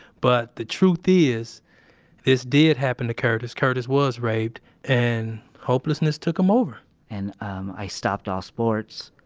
but the truth is this did happen to curtis. curtis was raped and hopelessness took him over and um, i stopped all sports.